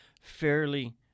fairly